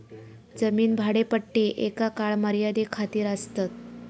जमीन भाडेपट्टी एका काळ मर्यादे खातीर आसतात